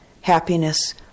happiness